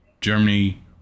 Germany